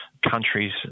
countries